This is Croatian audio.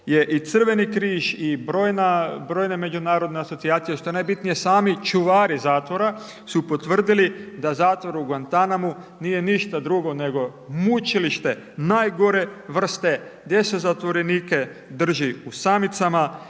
je i Crveni križ i brojna narodna asocijacija i što je najbitnije sami čuvari zatvora su potvrdili da zatvor u Guantanamu nije ništa drugo nego mučilište najgore vrste gdje se zatvorenike drži u samnicama,